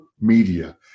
media